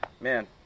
man